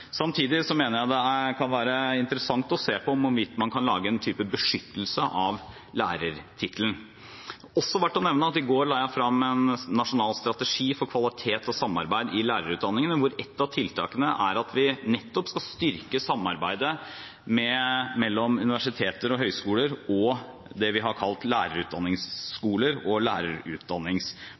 Samtidig mener jeg det kan være interessant å se på hvorvidt man kan lage en type beskyttelse av lærertittelen. Det er også verdt å nevne at i går la jeg frem en nasjonal strategi for kvalitet og samarbeid i lærerutdanningen, hvor et av tiltakene nettopp er at vi skal styrke samarbeidet mellom universiteter og høyskoler og det vi har kalt lærerutdanningsskoler og